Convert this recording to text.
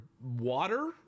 water